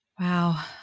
Wow